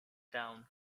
down